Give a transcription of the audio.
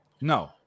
No